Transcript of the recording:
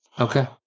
Okay